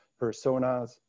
personas